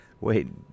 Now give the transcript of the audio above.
Wait